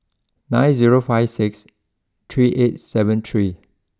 nine zero five six three eight seven three